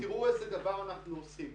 תראו איזה דבר אנחנו עושים.